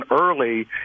early